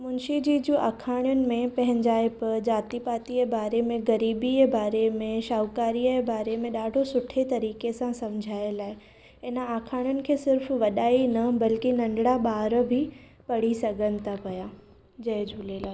मुंशीजी जो आखाणियुनि में पंहिंजाइप जाती पातीअ जे बारे में ग़रीबीअ जे बारे में शाहूकारीअ जे बारे में ॾाढो सुठे तरीक़े सां समुझायलु आहे हिन आखाणियुनि खे सिर्फ़ु वॾा ई न बल्की नंढिड़ा ॿार बि पढ़ी सघनि था पिया जय झूलेलाल